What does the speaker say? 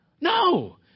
No